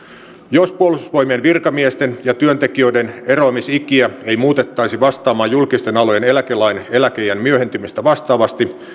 jos puolustusvoimien virkamiesten ja työntekijöiden eroamisikiä ei muutettaisi vastaamaan julkisten alojen eläkelain eläkeiän myöhentymistä